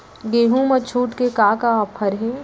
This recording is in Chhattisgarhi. गेहूँ मा छूट के का का ऑफ़र हे?